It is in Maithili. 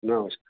नमस्कार